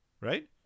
right